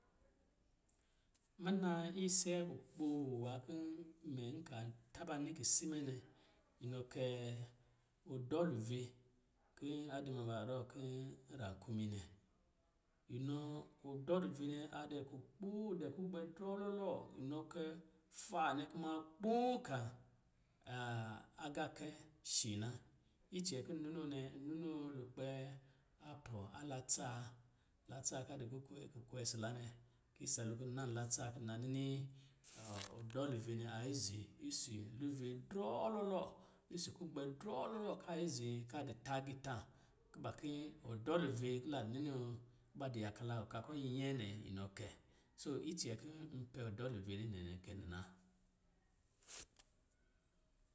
Muna ise kukpo nwā kɔ̄ mɛ nk taba nini kisi mɛ nɛ, inɔ kɛ, ɔdɔluve ki a duma ba vɔ kir rakumi nɛ. Inɔ ɔdɔluve nɛ a dɛ kukpo dɛ, gugbɛ drɔlɔlɔ, inɔ kɛ faa nɛ kuma kpoo kan agaakɛ shi na. Icɛ kɔ̄ n ninoo nɛ, n ninoo lukpɛ apɔ̄ a latsaa, latsa ka du ku-kukwe sila nɛ. Isa lo kɔ̄ nna latsa ki na nini ɔ-ɔdɔluve nɛ aizi isi luve drɔɔlɔ lɔ, isi kugbɛ drɔɔlɔlɔ ka izi ka di tā agitā, kuba kin ādāluve ki la ninoo kuba di yaka la ɔka kɔ̄ nyɛɛ nɛ, inɔ kɛ. Soo icɛ kɔ̄ n pɛ ɔdɔluve nɛ nɛ nɛɛ kɛ nɛ na.